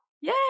Yay